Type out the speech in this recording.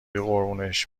قربونش